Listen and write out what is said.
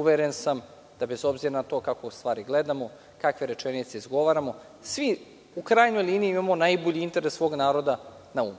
Uveren sam, bez obzira na to kako stvari gledamo, kakve rečenice izgovaramo, svi u krajnjoj liniji imamo najbolji interes svog naroda na umu.